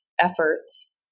efforts